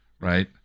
right